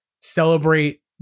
celebrate